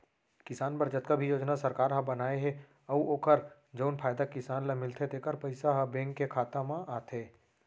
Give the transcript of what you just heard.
किसान बर जतका भी योजना सरकार ह बनाए हे अउ ओकर जउन फायदा किसान ल मिलथे तेकर पइसा ह बेंक के खाता म आथे